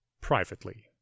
Privately